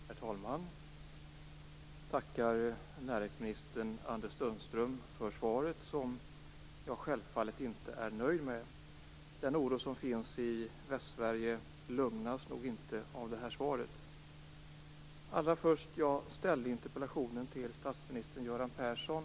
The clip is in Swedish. Herr talman! Jag tackar näringsminister Anders Sundström för svaret, som jag självfallet inte är nöjd med. Den oro som finns i Västsverige lugnas nog inte av det här svaret. Allra först vill jag påpeka att jag ställde interpellationen till statsminister Göran Persson.